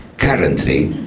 currently,